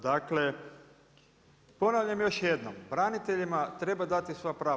Dakle ponavljam još jednom, braniteljima treba dati sva prava.